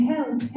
Help